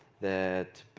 that,